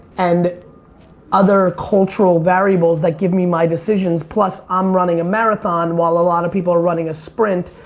and other cultural variables that give me my decisions. plus, i'm running a marathon while a lot of people are running a sprint.